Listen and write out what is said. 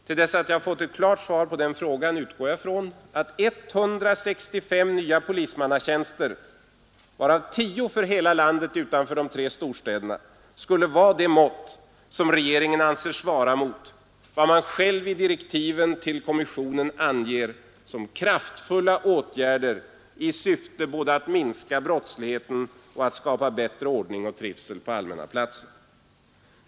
Till dess att jag har fått ett klart svar på den frågan utgår jag ifrån att 165 nya polismannatjänster — varav tio för hela landet utanför de tre storstäderna — skulle vara det mått som regeringen anser svara mot vad som i direktiven till kommissionen anges som ”kraftfulla åtgärder i syfte både att minska brottsligheten och att skapa bättre ordning och trivsel på allmänna platser”.